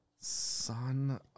Son